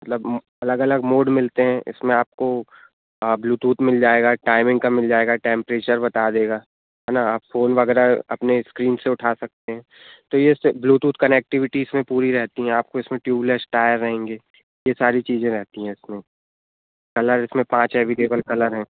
मतलब अलग अलग मोड मिलते हैं इसमें आपको आप ब्लूटूथ मिल जाएगा टाइमिंग का मिल जाएगा टैम्परेचर बता देगा है ना आप फ़ोन वगैरह अपने स्क्रीन से उठा सकते हैं तो ये ब्लूटूथ कनेक्टिविटी इसमें पूरी रहती हैं आपको इसमें ट्यूबलेस टायर रहेंगे ये सारी चीज़ें रहती हैं कलर इसमें पांच अवेलेबल कलर हैं